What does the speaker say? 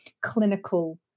clinical